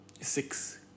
six